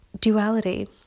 duality